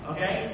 Okay